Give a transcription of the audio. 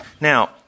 Now